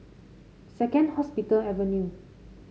Second Hospital Avenue